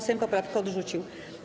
Sejm poprawkę odrzucił.